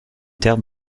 terres